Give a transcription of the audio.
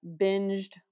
binged